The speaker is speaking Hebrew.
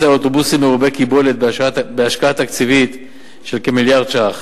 על אוטובוסים מרובי קיבולת בהשקעה תקציבית של כמיליארד ש"ח,